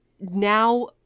now